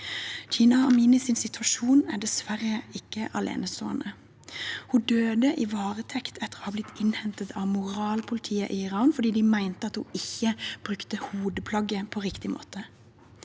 Jina Aminis situasjon er dessverre ikke enestående. Hun døde i varetekt etter å ha blitt innhentet av moralpolitiet i Iran fordi de mente hun ikke brukte hode plagget på riktig måte.